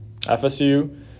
FSU